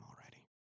already